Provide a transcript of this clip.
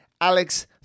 Alex